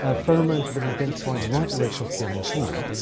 ah pheromones have been identified right away across the animal kingdom.